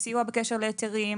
סיוע בקשר להיתרים,